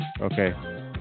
Okay